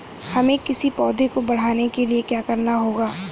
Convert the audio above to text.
हमें किसी पौधे को बढ़ाने के लिये क्या करना होगा?